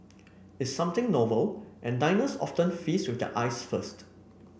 it's something novel and diners often feast with their eyes first